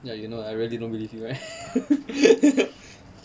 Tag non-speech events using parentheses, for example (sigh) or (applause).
ya you know I really don't believe you right (laughs)